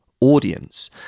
audience